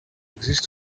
exist